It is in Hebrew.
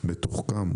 הוא מתוחכם,